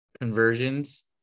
conversions